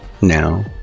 Now